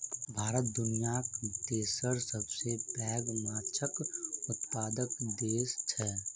भारत दुनियाक तेसर सबसे पैघ माछक उत्पादक देस छै